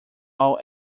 all